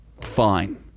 fine